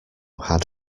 had